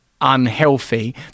unhealthy